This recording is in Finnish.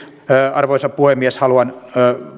arvoisa puhemies haluan